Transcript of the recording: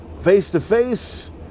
face-to-face